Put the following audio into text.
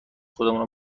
خودمو